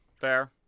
Fair